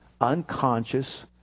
unconscious